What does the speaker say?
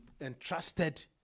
entrusted